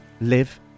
live